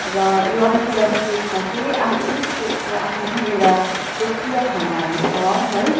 र यो अट्ठाइसवटा स्टेट्समा चाहिँ आफ्नै स्टेट्सको आफ्नो आफ्नो एउटा लोकप्रिय खानाहरू छ है